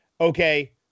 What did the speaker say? okay